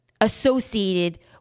associated